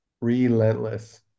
Relentless